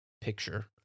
picture